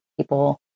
people